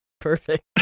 perfect